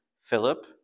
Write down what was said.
Philip